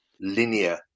linear